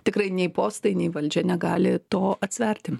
tikrai nei postai nei valdžia negali to atsverti